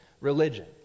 Religion